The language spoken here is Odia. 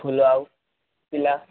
ଫୁଲ ଆଉ ପିଲା